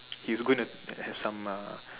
he's was gonna have some uh